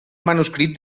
manuscrit